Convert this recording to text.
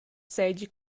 seigi